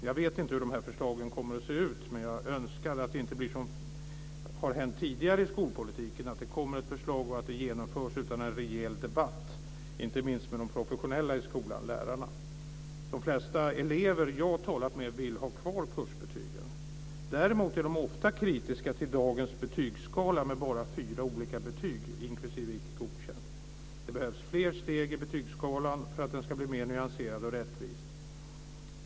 Jag vet inte hur dessa förslag kommer att se ut, men jag önskar att det inte blir som tidigare i skolpolitiken, dvs. att det kommer ett förslag och att det genomförs utan en rejäl debatt inte minst med de professionella i skolan - lärarna. De flesta elever jag har talat med vill ha kvar kursbetygen. Däremot är de ofta kritiska till dagens betygsskala med bara fyra olika betyg, inklusive Icke godkänd. Det behövs fler steg i betygsskalan för att den ska bli mer nyanserad och rättvis.